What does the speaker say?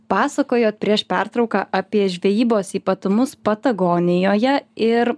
pasakojo prieš pertrauką apie žvejybos ypatumus patagonijoje ir